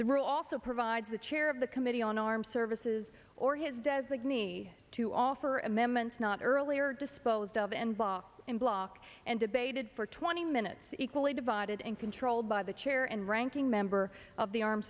the rule also provides the chair of the committee on armed services or his designee to offer amendments not earlier disposed of and blocked and blocked and debated for twenty minutes equally divided and controlled by the chair and ranking member of the armed